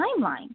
timeline